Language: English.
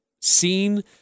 seen